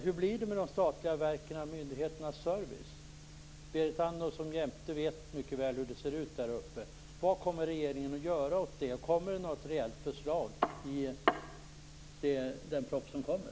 Hur blir det med de statliga verkens och myndigheternas service? Berit Andnor vet som jämte mycket väl hur det ser ut där uppe. Vad kommer regeringen att göra åt det? Finns det något reellt förslag i den proposition som kommer?